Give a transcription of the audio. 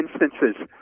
instances